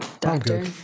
Doctor